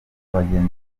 bagenzi